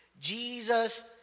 Jesus